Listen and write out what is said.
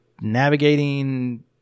navigating